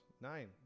Nine